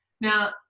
now